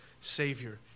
Savior